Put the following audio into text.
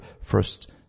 first